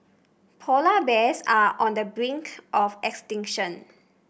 polar bears are on the brink of extinction